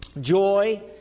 joy